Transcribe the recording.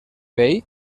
vell